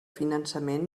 finançament